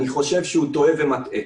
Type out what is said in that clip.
אני חושב שהוא טועה ומטעה.